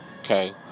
okay